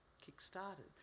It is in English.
kick-started